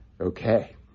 Okay